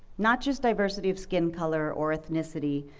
not just diversity of skin color or ethnicity,